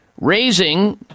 raising